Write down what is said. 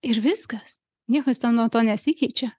ir viskas niekas nuo to nesikeičia